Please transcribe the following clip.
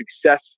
success